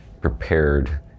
prepared